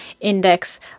index